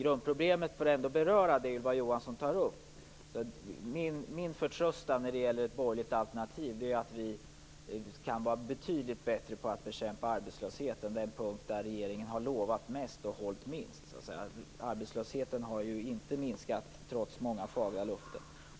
För att ändå beröra det Ylva Johansson tar upp är min förtröstan när det gäller ett borgerligt alternativ att vi kan vara betydligt bättre på att bekämpa arbetslösheten. Det är den punkt där regeringen har lovat mest och hållit minst. Arbetslösheten har ju inte minskat trots många fagra löften.